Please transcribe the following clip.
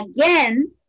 again